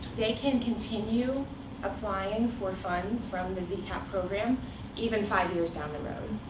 they can continue applying for funds from the vcap program even five years down the road.